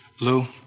Lou